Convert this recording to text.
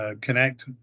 connect